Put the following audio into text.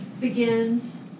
begins